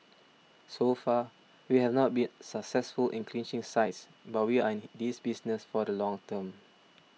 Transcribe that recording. so far we have not been successful in clinching sites but we are in this business for the long term